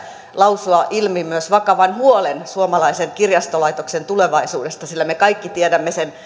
lausua ilmi myös vakavan huolen suomalaisen kirjastolaitoksen tulevaisuudesta sillä me kaikki tiedämme sen